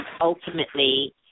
ultimately